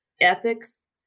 ethics